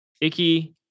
Icky